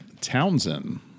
townsend